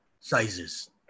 sizes